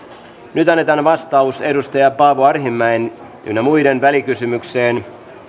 nyt annetaan vastaus edustaja paavo arhinmäen ynnä muuta välikysymykseen